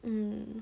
mm